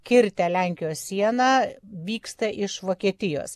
kirtę lenkijos sieną vyksta iš vokietijos